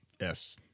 yes